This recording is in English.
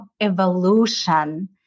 evolution